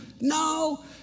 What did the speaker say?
No